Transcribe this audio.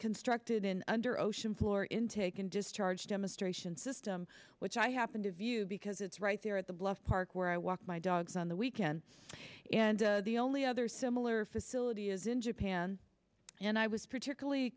constructed in under ocean floor intake and discharge demonstration system which i happen to view because it's right there at the bluff park where i walk my dogs on the weekend and the only other similar facility is in japan and i was particularly